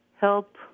help